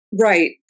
Right